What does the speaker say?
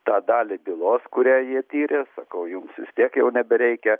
tą dalį bylos kurią jie tyrė sakau jums vis tiek jau nebereikia